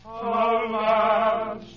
Alas